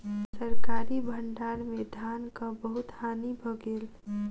सरकारी भण्डार में धानक बहुत हानि भ गेल